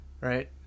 Right